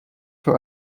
für